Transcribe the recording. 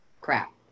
crap